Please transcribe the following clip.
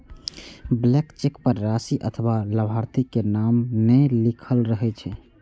blank cheque पर राशि अथवा लाभार्थी के नाम नै लिखल रहै छै